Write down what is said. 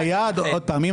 עוד פעם,